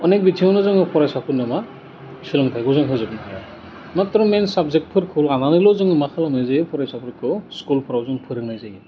अनेक बिथिङावनो जोङो फरायसाफोरनो मा सोलोंथायखौ जों होजोबनो हाया माथ्र' मेन साबजेक्टफोरखौ लानानैल' जों मा खालामनाय जायो फरायसाफोरखौ स्कुलफोराव जों फोरोंनाय जायो